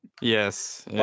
Yes